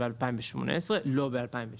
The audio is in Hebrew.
א ב-2016